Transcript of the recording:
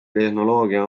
tehnoloogia